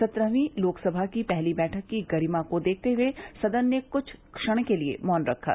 सत्रहवीं लोकसभा की पहली बैठक की गरिमा को देखते हुए सदन ने कुछ क्षण के लिए मौन रखा